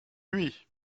lui